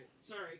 Sorry